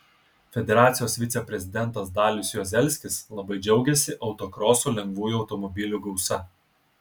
federacijos viceprezidentas dalius juozelskis labai džiaugėsi autokroso lengvųjų automobilių gausa